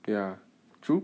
ya true